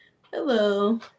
Hello